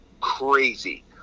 crazy